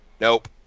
Nope